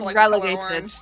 relegated